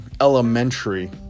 elementary